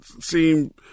seem